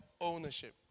ownership